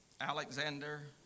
Alexander